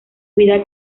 vida